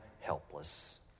helpless